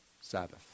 Sabbath